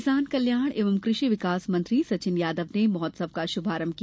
किसान कल्याण एवं कृषि विकास मंत्री सचिन यादव ने महोत्सव का शुभारंभ किया